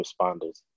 responders